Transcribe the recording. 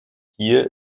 hier